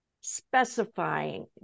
specifying